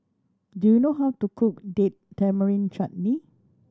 do you know how to cook Date Tamarind Chutney